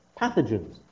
pathogens